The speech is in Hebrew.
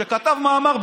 שכתב מאמר,